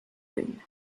rhume